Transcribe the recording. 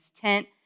tent